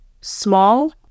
small